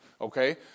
okay